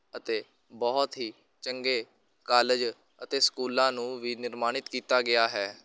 ਅਤੇ ਬਹੁਤ ਹੀ ਚੰਗੇ ਕਾਲਜ ਅਤੇ ਸਕੂਲਾਂ ਨੂੰ ਵੀ ਨਿਰਮਾਣਿਤ ਕੀਤਾ ਗਿਆ ਹੈ